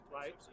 Right